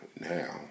now